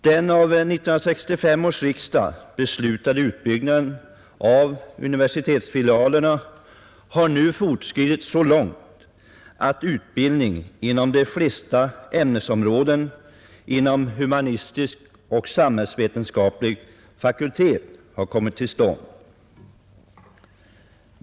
Den av 1965 års riksdag beslutade utbyggnaden av universitetsfilialer har nu fortskridit så långt att utbildning på de flesta ämnesområden inom humanistisk och samhällsvetenskaplig fakultet har kommit till stånd.